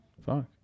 Fuck